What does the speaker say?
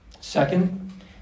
Second